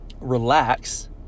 relax